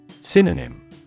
Synonym